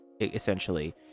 essentially